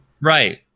Right